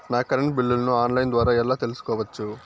నా కరెంటు బిల్లులను online ద్వారా ఎలా తెలుసుకోవచ్చు?